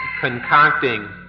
concocting